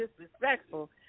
disrespectful